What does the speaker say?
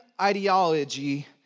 ideology